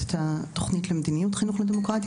של תוכנית מדיניות החינוך לדמוקרטיה.